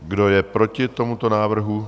Kdo je proti tomuto návrhu?